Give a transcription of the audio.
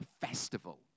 festival